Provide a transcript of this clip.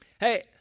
Hey